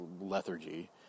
lethargy